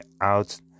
out